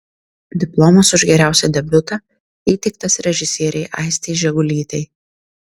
diplomas už geriausią debiutą įteiktas režisierei aistei žegulytei